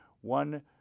one